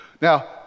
Now